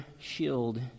shield